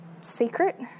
Secret